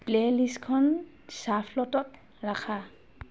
play লিষ্টখন শ্বাফলতত ৰাখা